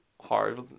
hard